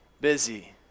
busy